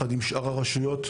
ביחד עם שאר הרשויות.